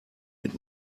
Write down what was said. mit